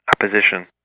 opposition